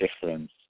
difference